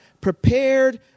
prepared